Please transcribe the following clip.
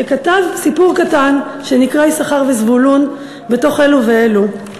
שכתב סיפור קטן שנקרא "יששכר וזבולון" בתוך "אלו ואלו".